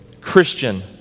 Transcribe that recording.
Christian